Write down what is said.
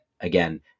again